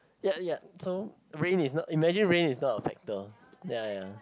ya ya so rain is not imagine rain is not a factor ya ya